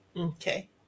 Okay